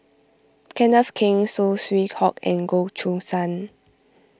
Kenneth Keng Saw Swee Hock and Goh Choo San